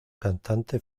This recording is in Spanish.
cantante